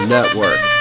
Network